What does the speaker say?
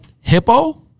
hippo